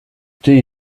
thé